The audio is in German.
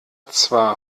zwar